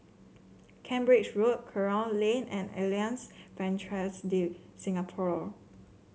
Cambridge Road Kerong Lane and Alliance Francaise de Singapour